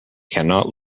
cannot